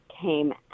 came